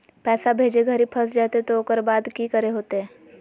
पैसा भेजे घरी फस जयते तो ओकर बाद की करे होते?